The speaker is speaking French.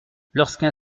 lorsqu’un